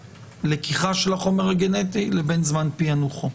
הלקיחה של החומר הגנטי לבין זמן פענוחו.